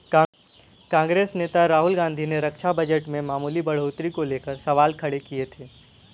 कांग्रेस नेता राहुल गांधी ने रक्षा बजट में मामूली बढ़ोतरी को लेकर सवाल खड़े किए थे